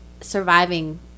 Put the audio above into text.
surviving